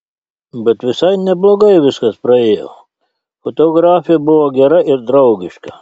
bet visai neblogai viskas praėjo fotografė buvo gera ir draugiška